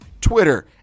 Twitter